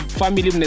family